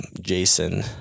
Jason